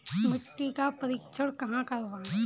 मिट्टी का परीक्षण कहाँ करवाएँ?